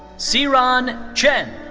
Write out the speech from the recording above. ziran chen.